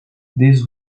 this